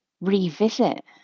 revisit